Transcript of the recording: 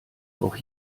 auch